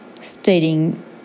stating